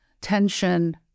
tension